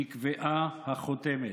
נקבעה החותמת".